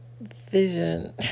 vision